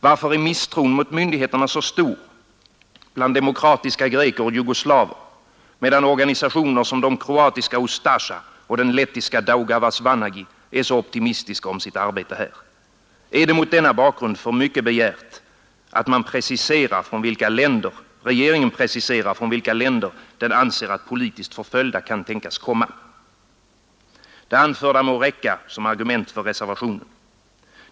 Varför är misstron mot myndigheterna så stor bland demokratiska greker och jugoslaver, medan organisationer som de kroatiska Ustasja och den lettiska Daugavas Vanagi är så optimistiska om sitt arbete här? Är det mot denna bakgrund för mycket begärt att regeringen preciserar från vilka länder den anser att politiskt förföljda kan tänkas komma? Det anförda må räcka som argument för reservationen.